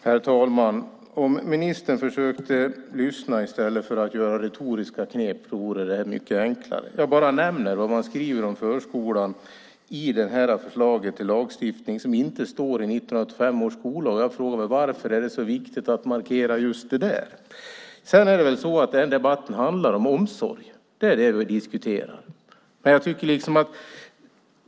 Herr talman! Om ministern försökte lyssna i stället för att göra retoriska knep vore det mycket enklare. Jag bara nämner vad man skriver om förskolan i det här förslaget till lagstiftning som inte står i 1985 års skollag. Jag frågar mig varför det är så viktigt att markera just det. Debatten handlar om omsorg. Det är det vi diskuterar.